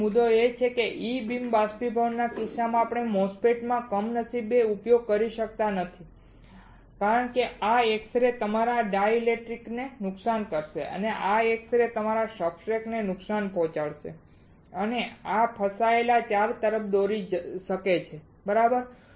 તેથી મુદ્દો એ છે કે E બીમ બાષ્પીભવનના કિસ્સામાં આપણે MOSFET માં કમનસીબે ઉપયોગ કરી શકતા નથી કારણ કે આ એક્સ રે તમારા ડાઇલેક્ટ્રિક્સને નુકસાન કરશે આ એક્સ રે તમારા સબસ્ટ્રેટને નુકસાન પહોંચાડશે અને આ ફસાયેલા ચાર્જ તરફ દોરી શકે છે બરાબર